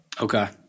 Okay